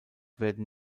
werden